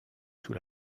sous